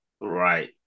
right